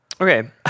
Okay